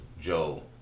Joe